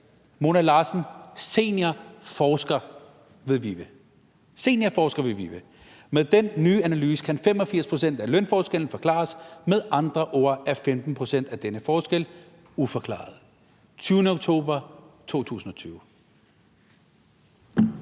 fra den 22. oktober 2020: »Med den nye analyse kan 85 procent af lønforskellen 'forklares’. Med andre ord er 15 procent af denne forskel ’uforklaret’.« Kl.